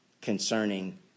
concerning